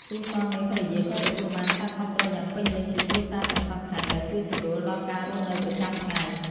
គូស្វាមីភរិយាក៏ទទួលបាន ការគាំទ្រយ៉ាងពេញលេញពីគ្រួសារទាំងសងខាង ដែលជួយសម្រួលដល់ការរស់នៅប្រចាំថ្ងៃ។